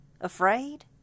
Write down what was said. Afraid